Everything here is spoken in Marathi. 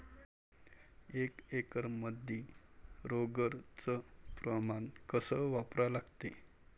एक एकरमंदी रोगर च प्रमान कस वापरा लागते?